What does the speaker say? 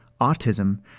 autism